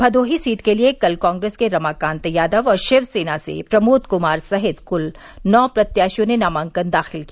Bhadohi seat के लिये कल कांग्रेस के रमाकांत यादव और शिवसेना से प्रमोद कुमार सहित कुल नौ प्रत्याशियों ने नामांकन दाखिल किया